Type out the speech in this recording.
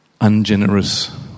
ungenerous